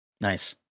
Nice